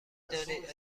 دانید